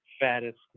fattest